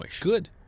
Good